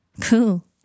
Cool